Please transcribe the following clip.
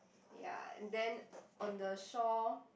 ya and then on the shore